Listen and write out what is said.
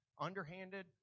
underhanded